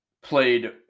played